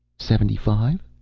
seventy-five?